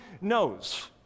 knows